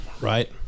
Right